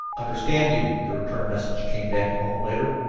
understand you, the return message came back a moment later.